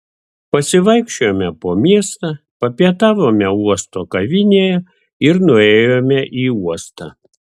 pasivaikščiojome po miestą papietavome uosto kavinėje ir nuėjome į uostą